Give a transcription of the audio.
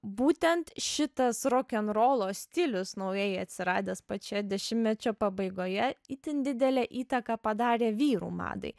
būtent šitas rokenrolo stilius naujai atsiradęs pačioje dešimtmečio pabaigoje itin didelę įtaką padarė vyrų madai